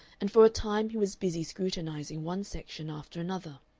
and for a time he was busy scrutinizing one section after another.